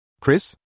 Chris